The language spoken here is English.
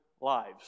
lives